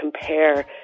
compare